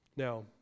Now